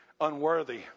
unworthy